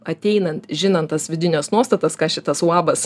ateinant žinant tas vidines nuostatas ką šitas uabas